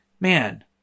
Man